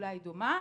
אולי דומה.